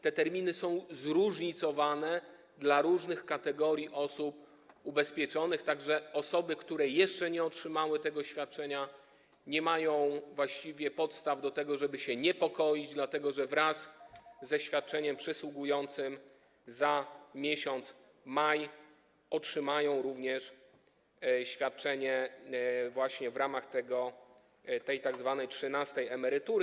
Terminy są zróżnicowane dla różnych kategorii osób ubezpieczonych, tak że osoby, które jeszcze nie otrzymały świadczenia, nie mają właściwie podstaw do tego, żeby się niepokoić, dlatego że wraz ze świadczeniem przysługującym za maj otrzymają również świadczenie właśnie w ramach tzw. trzynastej emerytury.